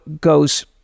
goes